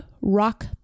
rock